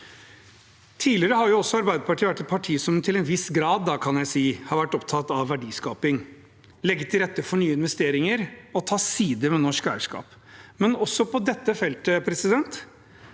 Tidligere har Arbeiderpartiet også vært et parti som – til en viss grad, da, kan jeg si – har vært opptatt av verdiskaping, å legge til rette for nye investeringer og ta side med norsk eierskap. Men også på dette feltet har